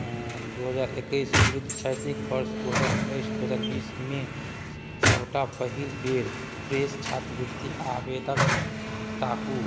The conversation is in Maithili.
दुइ हजार एकैस विरुद्ध शैक्षणिक वर्ष दुइ हजार उनैस दुइ हजार बीसमे सबटा पहिल बेर फ्रेश छात्रवृति आवेदन ताकू